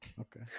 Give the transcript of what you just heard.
Okay